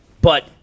But-